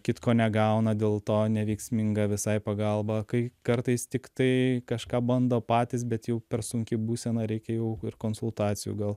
kitko negauna dėl to neveiksminga visai pagalba kai kartais tiktai kažką bando patys bet jau per sunki būsena reikia jau ir konsultacijų gal